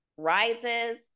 Rises